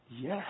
yes